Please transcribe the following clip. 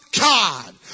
God